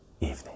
evening